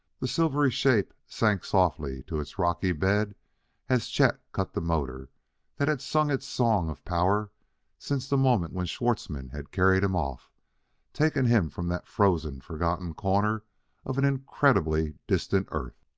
the silvery shape sank softly to its rocky bed as chet cut the motor that had sung its song of power since the moment when schwartzmann had carried him off taken him from that frozen, forgotten corner of an incredibly distant earth.